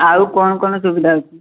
ଆଉ କ'ଣ କ'ଣ ସୁବିଧା ଅଛି